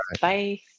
Bye